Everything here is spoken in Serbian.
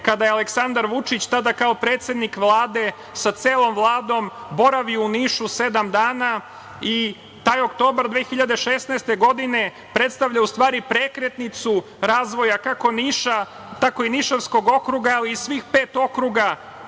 kada je Aleksandar Vučić, tada kao predsednik Vlade sa celom Vladom boravio u Nišu sedam dana. Taj oktobar 2016. godine predstavlja, u stvari prekretnicu razvoja, kako Niša, tako i Nišavskog okruga, ali i svih pet okruga